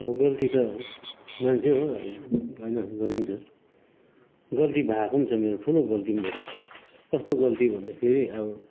अब गल्ती त मान्छे हो होइन गरिन्छ गल्ती भएको पनि छ मेरो ठुलो गल्ती पनि भएको कस्तो गल्ती भन्दाखेरि अब